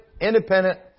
independent